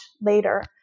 later